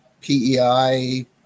PEI